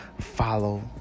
follow